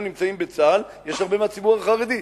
נמצאים בצה"ל יש הרבה מהציבור החרדי,